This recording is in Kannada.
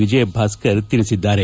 ವಿಜಯಭಾಸ್ಕರ್ ತಿಳಿಸಿದ್ದಾರೆ